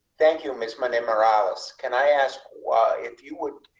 thank you, miss monday morales, can i ask why, if you would.